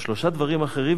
ושלושה דברים אחרים,